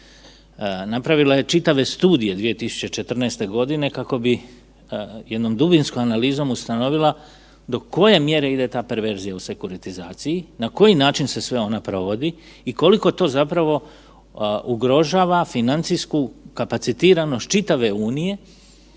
Napravila je čitave studije 2014. g. kako bi jednom dubinskom analizom ustanovila do koje mjere ide ta mjera u sekuritizaciji, na koji način se sve ona provodi i koliko to zapravo ugrožava financijsku kapacitiranost čitave Unije,